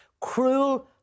cruel